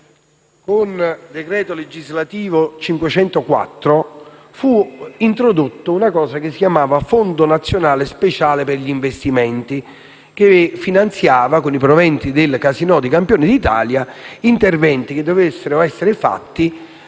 il decreto legislativo n. 504 fu introdotto il Fondo nazionale speciale per gli investimenti che finanziava, con i proventi del casinò di Campione d'Italia, gli interventi che dovevano essere fatti